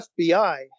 FBI